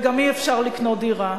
וגם אי-אפשר לקנות דירה.